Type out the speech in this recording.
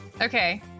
Okay